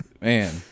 Man